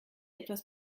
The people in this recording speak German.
etwas